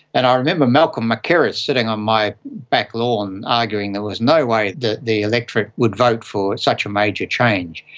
and i remember malcolm mackerras sitting on my back lawn arguing that there was no way that the electorate would vote for such a major change.